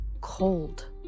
cold